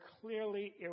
clearly